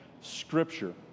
Scripture